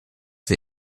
wir